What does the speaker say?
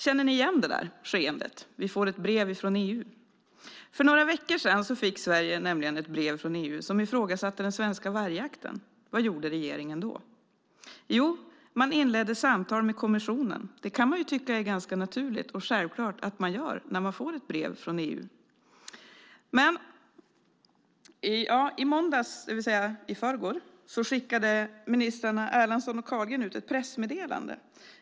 Känner ni igen detta skeende om att vi får ett brev från EU? För några veckor sedan fick Sverige nämligen ett brev från EU där man ifrågasatte den svenska vargjakten. Vad gjorde regeringen då? Jo, man inledde samtal med kommissionen. Det kan man tycka är ganska naturligt och självklart att man gör när man får ett brev från EU. I måndags, det vill säga i förrgår, skickade ministrarna Erlandsson och Carlgren ut ett pressmeddelande.